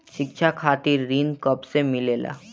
शिक्षा खातिर ऋण कब से मिलेला?